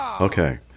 Okay